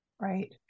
Right